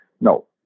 No